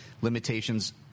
limitations